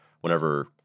Whenever